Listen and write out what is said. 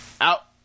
Out